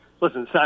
listen